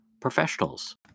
Professionals